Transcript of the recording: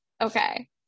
Okay